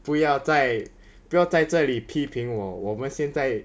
不要在不要在这里批评我我们现在